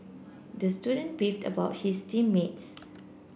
the student beefed about his team mates